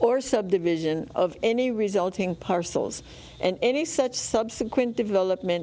or subdivision of any resulting parcels and any such subsequent development